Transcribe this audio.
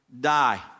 die